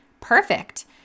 perfect